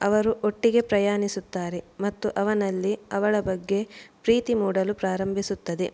ಅವರು ಒಟ್ಟಿಗೆ ಪ್ರಯಾಣಿಸುತ್ತಾರೆ ಮತ್ತು ಅವನಲ್ಲಿ ಅವಳ ಬಗ್ಗೆ ಪ್ರೀತಿ ಮೂಡಲು ಪ್ರಾರಂಭಿಸುತ್ತದೆ